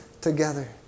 together